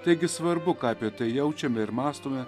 taigi svarbu ką apie tai jaučiame ir mąstome